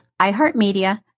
iHeartMedia